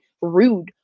rude